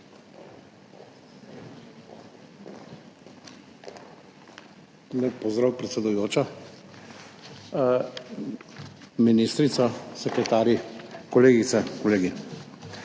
pozdrav predsedujoča. Ministrica, sekretarji, kolegice, kolegi!